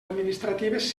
administratives